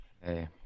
Hey